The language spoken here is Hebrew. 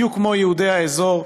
בדיוק כמו יהודי האזור,